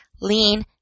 lean